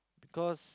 because